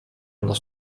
nas